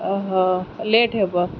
ଅ ହ ଲେଟ୍ ହେବ